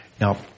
Now